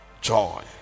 joy